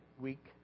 week